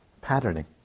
patterning